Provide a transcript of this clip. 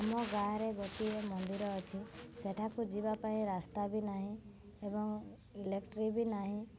ଆମ ଗାଁରେ ଗୋଟିଏ ମନ୍ଦିର ଅଛି ସେଠାକୁ ଯିବାପାଇଁ ରାସ୍ତା ବି ନାହିଁ ଏବଂ ଇଲେକ୍ଟ୍ରିବି ନାହିଁ